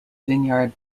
vineyard